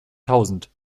tausend